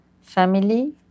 family